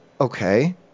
Okay